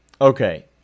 Okay